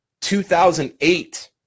2008